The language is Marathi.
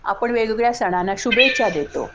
आपण वेगवेगळ्या सणांना शुभेच्छा देतो